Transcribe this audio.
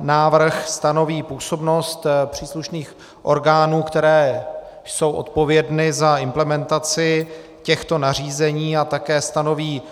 Návrh stanoví působnost příslušných orgánů, které jsou odpovědny za implementaci těchto nařízení, a také stanoví